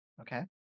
Okay